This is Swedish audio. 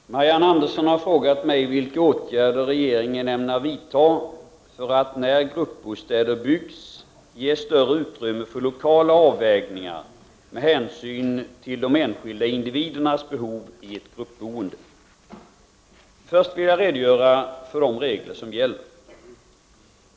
Fru talman! Marianne Andersson har frågat mig vilka åtgärder regeringen ämnar vidta för att — när gruppbostäder byggs — ge större utrymme för lokala avvägningar med hänsyn till de enskilda individernas behov i ett gruppboende. Först vill jag redogöra för de regler som gäller.